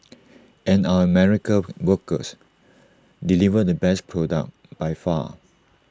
and our American workers deliver the best product by far